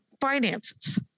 finances